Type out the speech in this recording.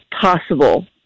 possible